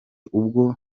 ubwo